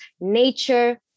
nature